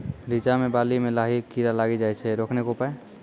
रिचा मे बाली मैं लाही कीड़ा लागी जाए छै रोकने के उपाय?